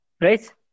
Right